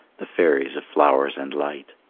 the fairies of flowers and light.